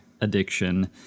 addiction